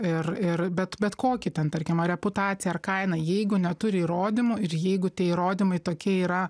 ir ir bet bet kokį ten tarkim ar reputacija ar kaina jeigu neturi įrodymų ir jeigu tie įrodymai tokie yra